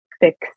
fix